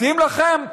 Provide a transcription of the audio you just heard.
מתאים לכם,